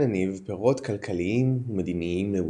הניב פירות כלכליים ומדיניים לבולגריה.